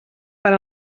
per